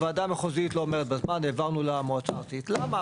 ועדה המחוזית לא עומדת בזמן העברנו למועצה הארצית .למה?